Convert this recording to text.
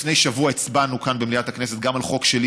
לפני שבוע הצבענו כאן במליאת הכנסת גם על חוק שלי,